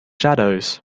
shadows